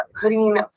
Putting